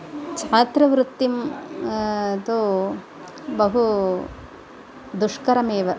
छात्रवृत्तिं तु बहु दुष्करमेव